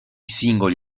singoli